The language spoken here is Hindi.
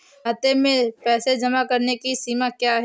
खाते में पैसे जमा करने की सीमा क्या है?